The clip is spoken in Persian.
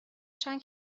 چند